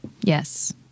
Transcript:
Yes